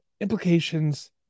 implications